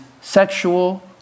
sexual